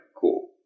cool